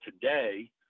today